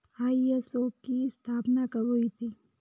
ISO की स्थापना कब हुई थी?